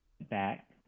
back